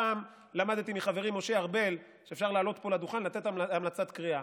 הפעם למדתי מחברי משה ארבל שאפשר לעלות פה לדוכן לתת המלצת קריאה.